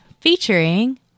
featuring